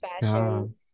fashion